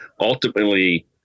ultimately